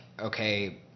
okay